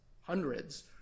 hundreds